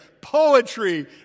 poetry